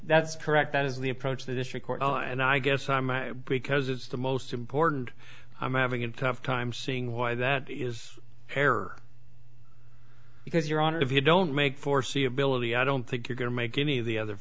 that's correct that is the approach the district court and i guess i might because it's the most important i'm having a tough time seeing why that is error because your honor if you don't make foreseeability i don't think you're going to make any of the other